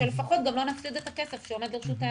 שלפחות גם לא נפסיד את הכסף שעומד לרשותנו.